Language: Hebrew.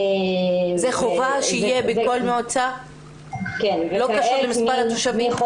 זה חובה שיהיה בכל מועצה ולא קשור למספר התושבים?